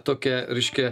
tokią reiškia